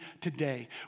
today